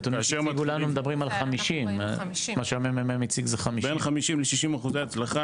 בנתונים שהציגו לנו מדברים על 50. אנחנו ראינו 50. מה שה-ממ"מ הציג זה 50. בין 50 ל-60 אחוזי הצלחה,